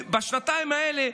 בשנתיים האלה,